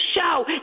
show